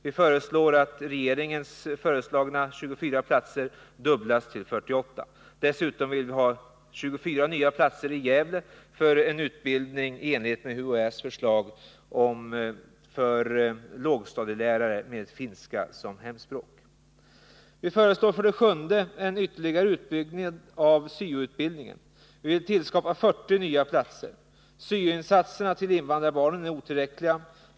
Vi föreslår att hemspråkslärarlinjen ökas med 24 platser utöver regeringens förslag, alltså till 48 platser. Dessutom vill vi i enlighet med UHÄ:s förslag ha 24 nya platser i Gävle för utbildning av lågstadielärare med finska som hemspråk. 7. Vi föreslår en ytterligare utbyggnad av SYO-utbildningen. Vi vill tillskapa 40 nya platser. SYO-insatserna för invandrarbarnen är otillräckliga.